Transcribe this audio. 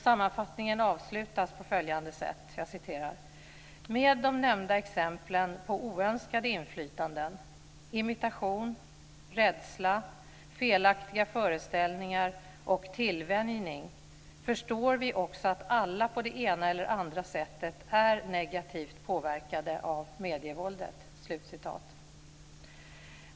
Sammanfattningen avslutas på följande sätt: Med de nämnda exemplen på oönskade inflytanden - imitation, rädsla, felaktiga föreställningar och tillvänjning - förstår vi också att alla på det ena eller andra sättet är negativt påverkade av medievåldet.